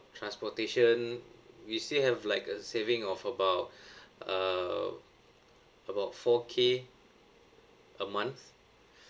transportation we still have like a saving of about uh about four K a month